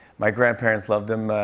my grandparents loved him.